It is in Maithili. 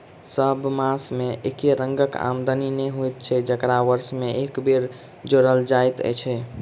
सभ मास मे एके रंगक आमदनी नै होइत छै जकरा वर्ष मे एक बेर जोड़ल जाइत छै